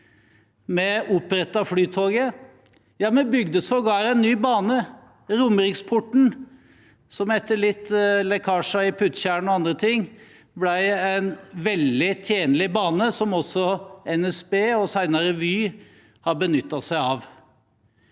Vi opprettet Flytoget. Vi bygde sågar en ny bane, Romeriksporten, som etter litt lekkasjer i Puttjern og andre ting ble en veldig tjenlig bane som også NSB, senere Vy, har benyttet seg av.